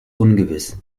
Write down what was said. ungewiss